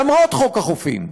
למרות חוק החופים.